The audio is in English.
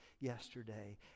yesterday